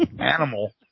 animal